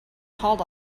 called